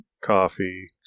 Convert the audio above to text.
Coffee